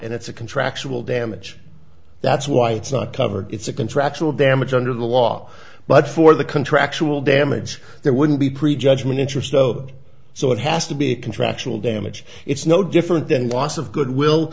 and it's a contractual damage that's why it's not covered it's a contractual damage under the law but for the contractual damage there wouldn't be pre judgment interest though so it has to be a contractual damage it's no different than loss of goodwill